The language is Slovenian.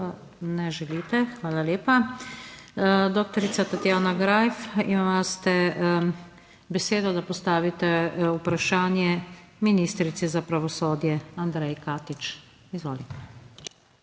Ne želite. Hvala lepa. Dr. Tatjana Greif, imate besedo, da postavite vprašanje ministrici za pravosodje Andreji Katič. Izvolite.